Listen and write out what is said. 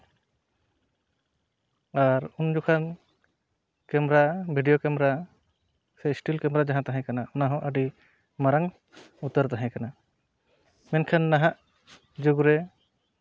ᱟᱨ ᱩᱱ ᱡᱚᱠᱷᱟᱱ camera video camera ᱥᱮ ᱤᱥᱴᱤᱞ ᱠᱮᱢᱨᱟ ᱡᱟᱦᱟᱸ ᱛᱟᱦᱮᱸᱠᱟᱱᱟ ᱚᱱᱟ ᱦᱚᱸ ᱟᱹᱰᱤ ᱢᱟᱨᱟᱝ ᱩᱛᱟᱹᱨ ᱛᱟᱦᱮᱸᱠᱟᱱᱟ ᱢᱮᱱᱠᱷᱟᱱ ᱱᱟᱦᱟᱜ ᱡᱩᱜᱽ ᱨᱮ